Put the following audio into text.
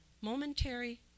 momentary